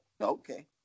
Okay